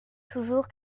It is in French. toujours